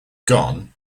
gone